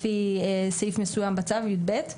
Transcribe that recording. לפי סעיף מסוים בצו יב',